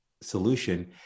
solution